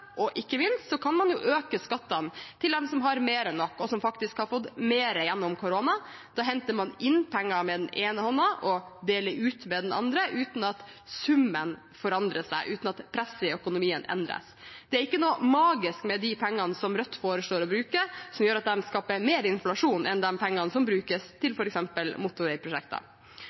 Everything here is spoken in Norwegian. og ikke minst kan man jo øke skattene til dem som har mer enn nok, og som faktisk har fått mer gjennom koronaen. Da henter man inn penger med den ene hånden og deler ut med den andre, uten at summen forandrer seg, uten at presset i økonomien endres. Det er ikke noe magisk med de pengene som Rødt foreslår å bruke, som gjør at de skaper mer inflasjon enn de pengene som brukes til f.eks. motorveiprosjekter.